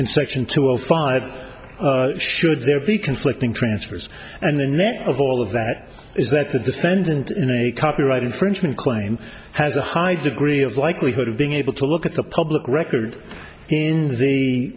in section two zero five should there be conflicting transfers and the net of all of that is that the defendant in a copyright infringement claim has a high degree of likelihood of being able to look at the public record in the